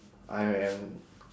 I am